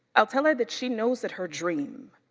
i'll tell her that she knows that her dream,